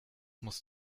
musst